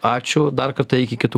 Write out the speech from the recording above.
ačiū dar kartą iki kitų